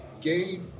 gay